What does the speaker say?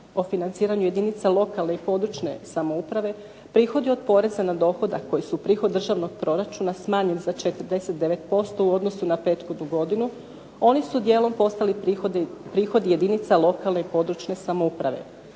o financiranju jedinica lokalne i područne samouprave prihodi od poreza na dohodak koji su prihod državnog proračuna smanjen za 49% u odnosu na prethodnu godinu. Oni su dijelom postali prihodi jedinica lokalne i područne samouprave.